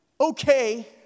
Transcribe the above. okay